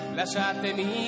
lasciatemi